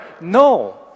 no